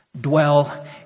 dwell